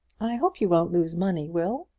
i hope you won't lose money, will.